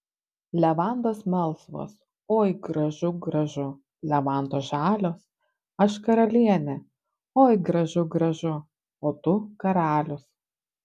levandos melsvos oi gražu gražu levandos žalios aš karalienė oi gražu gražu o tu karalius